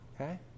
Okay